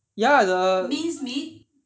ya the